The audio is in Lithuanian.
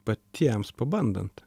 patiems pabandant